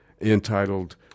entitled